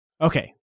Okay